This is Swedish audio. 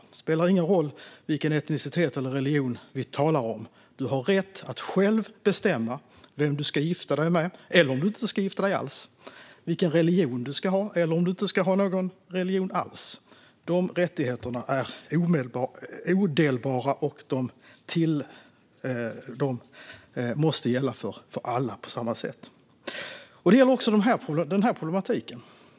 Det spelar ingen roll vilken etnicitet eller religion vi talar om; du har rätt att själv bestämma vem du ska gifta dig med eller om du inte ska gifta dig alls, vilken religion du ska ha eller om du inte ska ha någon religion alls. Dessa rättigheter är odelbara, och de måste gälla för alla på samma sätt. Det gäller också den här problematiken.